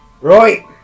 Right